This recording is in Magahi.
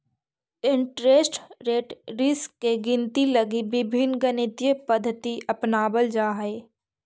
इंटरेस्ट रेट रिस्क के गिनती लगी विभिन्न गणितीय पद्धति अपनावल जा हई